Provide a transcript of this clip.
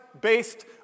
based